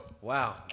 Wow